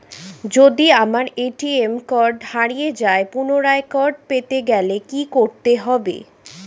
যদি আমার ATM card হারিয়ে যায় পুনরায় কার্ড পেতে গেলে কি করতে হবে?